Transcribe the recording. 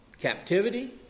captivity